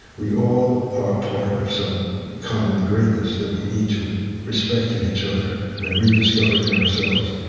we all are part of some common greatness that we need to respect in each other and rediscover in ourselves,